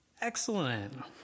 Excellent